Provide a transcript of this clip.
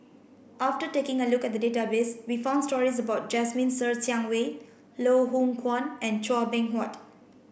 after taking a look at the database we found stories about Jasmine Ser Xiang Wei Loh Hoong Kwan and Chua Beng Huat